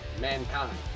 Mankind